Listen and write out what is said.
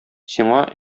сиңа